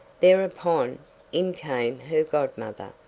thereupon, in came her godmother,